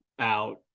out